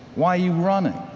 why are you running?